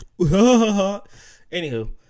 Anywho